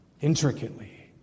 intricately